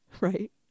right